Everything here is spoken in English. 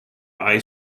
eye